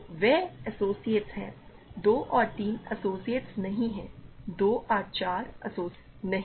तो वे एसोसिएट्स हैं 2 और 3 एसोसिएट्स नहीं हैं 2 और 4 एसोसिएट्स नहीं हैं